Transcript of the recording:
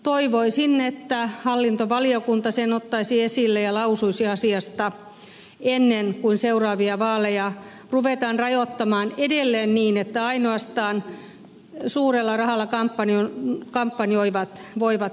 toivoisin että hallintovaliokunta sen ottaisi esille ja lausuisi asiasta ennen kuin seuraavia vaaleja ruvetaan rajoittamaan edelleen niin että ainoastaan suurella rahalla kampanjoivat voivat näkyä